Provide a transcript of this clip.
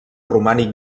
romànic